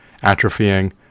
atrophying